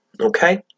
okay